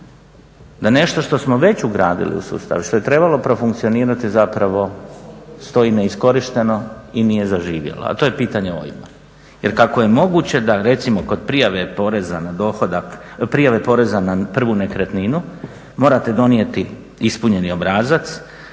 da nešto što smo već ugradili u sustav i što je trebalo profunkcionirati zapravo stoji neiskorišteno i nije zaživjelo, a to je pitanje OIB-a. Jer kako je moguće da recimo kod prijave poreza na prvu nekretninu morate donijeti ispunjeni obrazac,